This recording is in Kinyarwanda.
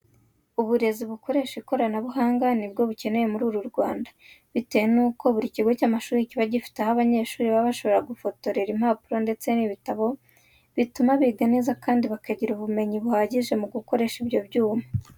Uburezi bukoresha ikoranabuhanga ni bwo bukenewe muri uru Rwanda. Icyakora bitewe nuko buri kigo cy'amashuri kiba gifite aho abanyeshuri baba bashobora gufotoreza impapuro ndetse n'ibitabo, bituma biga neza kandi bakagira ubumenyi buhagije mu gukoresha ibyo byuma.